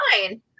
fine